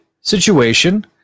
situation